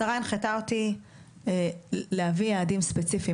השרה הנחתה אותי להביא יעדים ספציפיים,